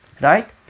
Right